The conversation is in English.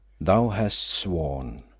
thou hast sworn,